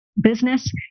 business